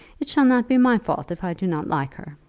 it shall not be my fault if i do not like her.